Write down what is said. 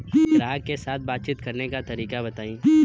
ग्राहक के साथ बातचीत करने का तरीका बताई?